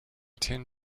tend